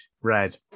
red